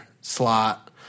slot